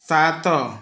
ସାତ